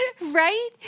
Right